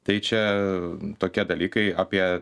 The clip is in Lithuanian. tai čia tokie dalykai apie